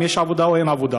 אם יש עבודה או אין עבודה.